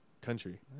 Country